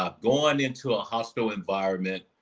ah going into a hostile environment,